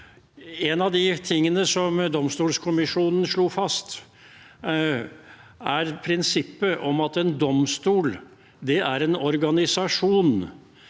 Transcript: En av de tingene som domstolkommisjonen slo fast, er prinsippet om at en domstol er en organisasjon.